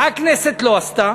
מה הכנסת לא עשתה?